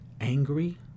angry